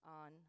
on